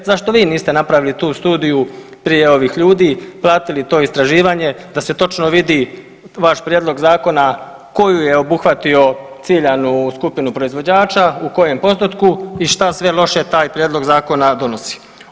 Zašto vi niste napravili tu studiju prije ovih ljudi, platili to istraživanje da se točno vidi vaš Prijedlog zakona koju je obuhvatio ciljanu skupinu proizvođača, u kojem postotku i što sve loše taj Prijedlog zakona donosi?